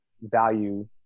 value